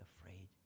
afraid